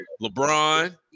LeBron